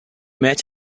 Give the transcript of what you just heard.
met